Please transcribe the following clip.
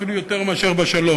אפילו יותר מאשר בשלום.